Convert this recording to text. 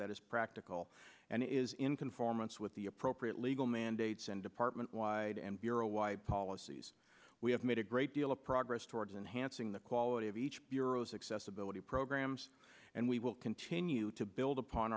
that is practical and is in conformance with the appropriate legal mandates and department wide and bureau why policies we have made a great deal of progress towards and hansing the quality of each bureau's accessibility programs and we will continue to build upon